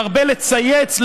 מרבה לצייץ,